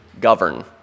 Govern